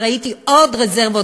וראיתי עוד רזרבות,